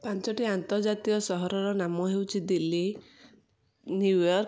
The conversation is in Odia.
ପାଞ୍ଚଟି ଆନ୍ତର୍ଜାତୀୟ ସହରର ନାମ ହେଉଛି ଦିଲ୍ଲୀ ନିୟୁୟର୍କ